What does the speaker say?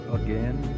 again